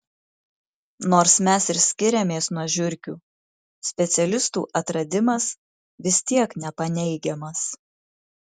nors mes ir skiriamės nuo žiurkių specialistų atradimas vis tiek nepaneigiamas